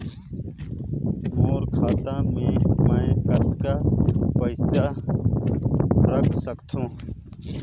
मोर खाता मे मै कतना पइसा रख सख्तो?